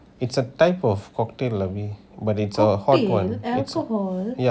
it's a type of cocktail lah B but it's a hot one it's yeah